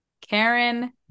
Karen